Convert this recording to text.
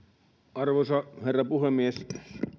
arvoisa herra puhemies